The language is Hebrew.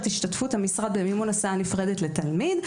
השתתפות המשרד במימון הסעה נפרדת לתלמיד.